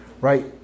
right